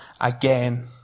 again